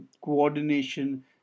coordination